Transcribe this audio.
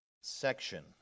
section